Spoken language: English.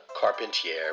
Carpentier